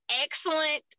excellent